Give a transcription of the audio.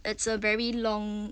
it's a very long